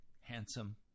handsome